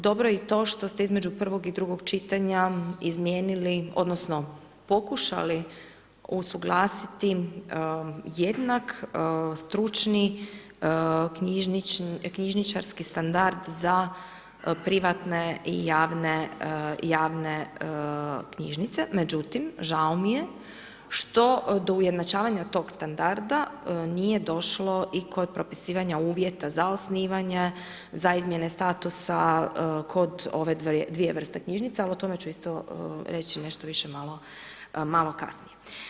Dobro je i to što ste između prvog i drugog čitanja, izmijenili, odnosno, pokušali usuglasiti jednak stručni knjižničarski standard za privatne i javne knjižnice, međutim, žao mi je što do ujednačavanja tog standarda, nije došlo i kod propisivanja uvjeta, za osnivanje, za izmjene statusa kod ove 2 vrste knjižnica, a o tome ću isto reći malo kasnije.